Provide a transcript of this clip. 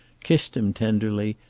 kissed him tenderly,